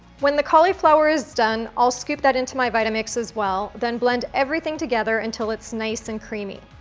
when the cauliflower is done, i'll scoop that into my vitamix as well, then blend everything together until it's nice and creamy.